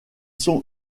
sont